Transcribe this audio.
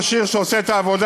ראש עיר שעושה את העבודה,